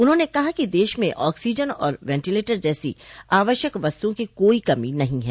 उन्होंने कहा कि देश में ऑक्सीजन और वेंटिलेटर जैसी आवश्यक वस्तुओं की कोई कमी नहीं है